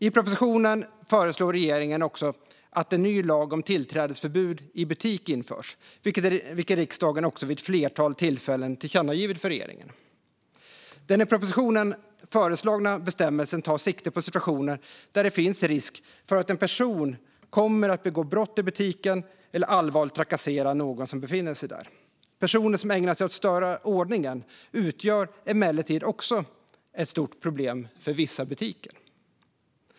I propositionen föreslår regeringen också att en ny lag om tillträdesförbud i butik införs, vilket riksdagen också vid ett flertal tillfällen tillkännagivit för regeringen. Den i propositionen föreslagna bestämmelsen tar sikte på situationer där det finns risk för att en person kommer att begå brott i butiken eller allvarligt trakassera någon som befinner sig där. Personer som ägnar sig åt att störa ordningen utgör emellertid också ett stort problem för vissa butiker.